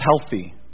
healthy